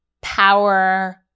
power